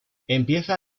empieza